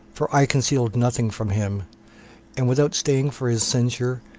for i concealed nothing from him and without staying for his censure,